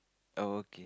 oh